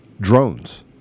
drones